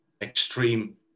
extreme